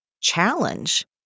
challenge